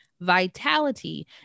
vitality